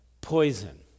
poison